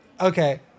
Okay